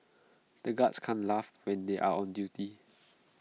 the guards can't laugh when they are on duty